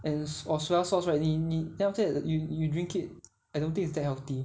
and so~ or soya sauce right 你你 then after that you you drink it I don't think it's that healthy